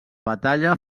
batalla